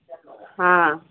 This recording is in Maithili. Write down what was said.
हँ